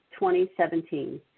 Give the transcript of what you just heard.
2017